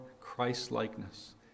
Christ-likeness